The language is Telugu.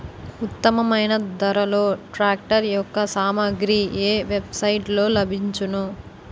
ఉత్తమమైన ధరలో ట్రాక్టర్ యెక్క సామాగ్రి ఏ వెబ్ సైట్ లో లభించును?